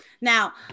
now